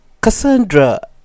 cassandra